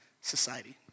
society